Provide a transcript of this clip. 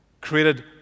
Created